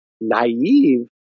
naive